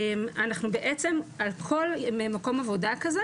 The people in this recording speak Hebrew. אנחנו בעצם על כל מקום עבודה כזה,